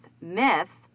Myth